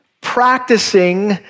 practicing